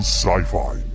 Sci-Fi